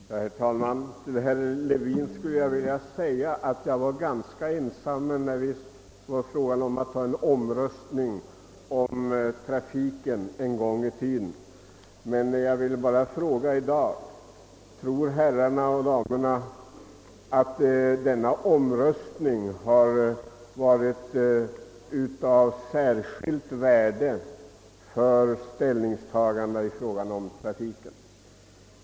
Herr talman! Till herr Levin skulle jag vilja säga att jag var ganska ensam när det gällde att ta en omröstning om trafiken en gång i tiden. Men jag vill bara fråga i dag: Tror herrarna och damerna att denna omröstning har varit av särskilt värde för ställningstagandena i fråga om trafiken?